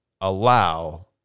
allow